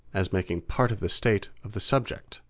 as making part of the state of the subject.